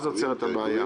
אז נוצרת הבעיה.